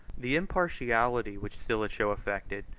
the impartiality which stilicho affected,